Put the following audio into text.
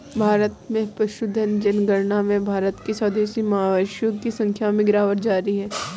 भारत में पशुधन जनगणना में भारत के स्वदेशी मवेशियों की संख्या में गिरावट जारी है